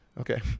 Okay